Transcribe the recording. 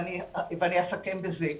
ואני אסכם בזה.